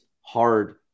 hard